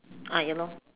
ah ya lor